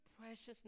Precious